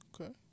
okay